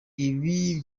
ibi